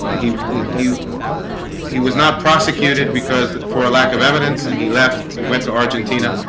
he he he was not prosecuted because that for lack of evidence and he left and went to argentina